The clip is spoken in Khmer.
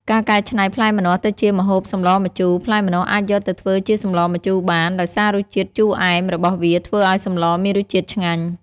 ការកែច្នៃផ្លែម្នាស់ទៅជាម្ហូបសម្លរម្ជូរ ផ្លែម្នាស់អាចយកទៅធ្វើជាសម្លរម្ជូរបាន ដោយសាររសជាតិជូរអែមរបស់វាធ្វើឲ្យសម្លរមានរសជាតិឆ្ងាញ់។